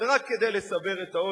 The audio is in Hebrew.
ורק כדי לסבר את האוזן,